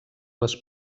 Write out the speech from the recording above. les